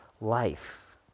life